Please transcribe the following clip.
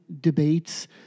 debates